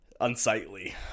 unsightly